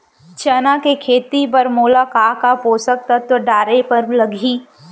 चना के खेती बर मोला का का पोसक तत्व डाले बर लागही?